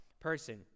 person